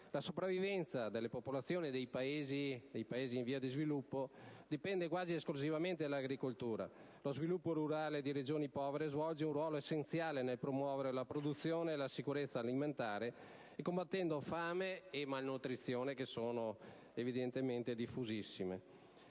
La sopravvivenza delle popolazioni dei Paesi in via di sviluppo dipende quasi esclusivamente dall'agricoltura. Lo sviluppo rurale di regioni povere svolge un ruolo essenziale nel promuovere la produzione e la sicurezza alimentare, combattendo fame e malnutrizione, che sono diffusissime.